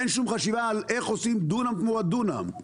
אין שום חשיבה על איך עושים דונם תמורת דונם,